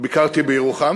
ביקרתי בירוחם